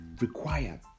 required